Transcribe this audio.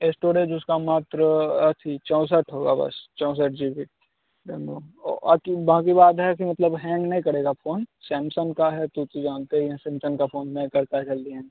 storage उसका मात्र अथी चौंसठ होगा बस चौंसठ जी बी कि बाकी बात है कि मतलब हैंग नहीं करेगा फ़ोन सैमसंग का है तो वो तो जानते ही हैं सैमसंग का फ़ोन नहीं करता है जल्दी हैंग